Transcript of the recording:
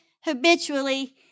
habitually